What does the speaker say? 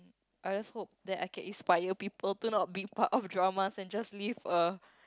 I just hope that I can be inspired people to not be part of dramas and just live a